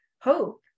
hope